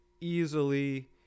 easily